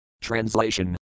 translation